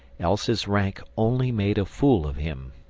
else his rank only made a fool of him.